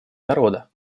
народа